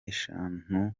eshanu